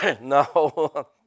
No